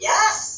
Yes